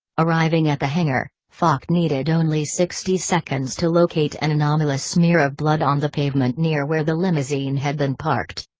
arriving at the hangar, fache needed only sixty seconds to locate an anomalous smear of blood on the pavement near where the limousine had been parked.